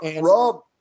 rob